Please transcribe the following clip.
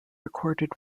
recorded